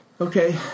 Okay